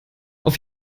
auf